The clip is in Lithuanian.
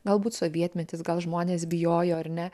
galbūt sovietmetis gal žmonės bijojo ar ne